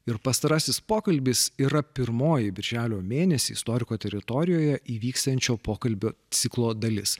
ir pastarasis pokalbis yra pirmoji birželio mėnesį istoriko teritorijoje įvyksiančio pokalbių ciklo dalis